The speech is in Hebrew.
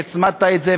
והצמדת את זה,